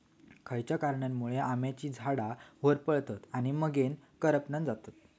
खयच्या कारणांमुळे आम्याची झाडा होरपळतत आणि मगेन करपान जातत?